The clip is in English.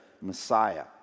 Messiah